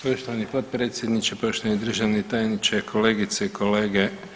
Poštovani potpredsjedniče, poštovani državni tajniče, kolegice i kolege.